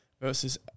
versus